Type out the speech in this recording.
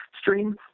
stream